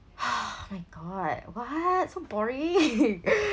my god what so boring